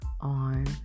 on